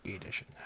edition